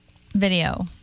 video